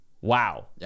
wow